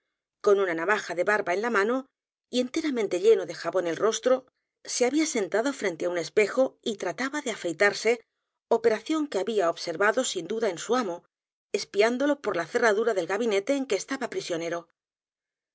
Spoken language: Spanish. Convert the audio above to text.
con una navaja de barba en la mano y enteramente lleno de jabón el rostro se había sentado frente á un espejo y trataba de afeitarse operación que había observado sin duda en su amo espiándolo por la cerradura del gabinete en que estaba prisionero